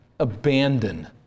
Abandon